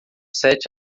sete